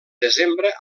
desembre